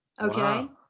okay